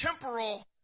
temporal